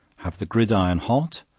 have the gridiron hot,